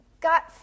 got